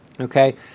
Okay